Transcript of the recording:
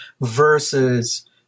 versus